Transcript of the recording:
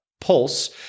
pulse